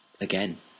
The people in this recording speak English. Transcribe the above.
again